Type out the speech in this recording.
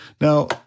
Now